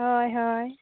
ᱦᱳᱭ ᱦᱳᱭ